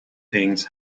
things